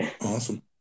Awesome